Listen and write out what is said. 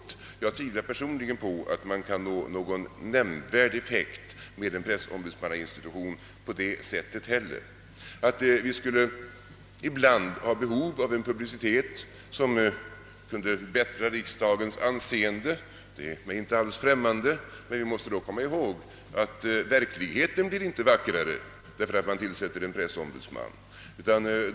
Men jag tvivlar personligen på att man kan nå någon nämnvärd effekt med någon pressombudsmannainstitution ens på det sättet. Att vi ibland skulle ha behov av en publicitet som kunde förbättra riksdagens anseende är mig inte alls främ mande. Men vi måste då komma ihåg att verkligheten inte blir vackrare därför att man tillsätter en pressombudsman.